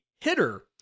hitter